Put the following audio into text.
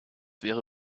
wäre